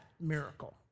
miracle